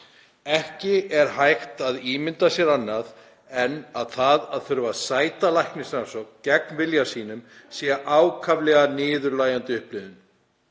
Ekki er hægt að ímynda sér annað en að það að þurfa að sæta læknisrannsókn gegn vilja sínum sé ákaflega niðurlægjandi upplifun.